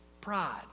Pride